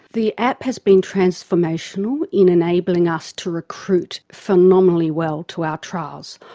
the app has been transformational in enabling us to recruit phenomenally well to our trials.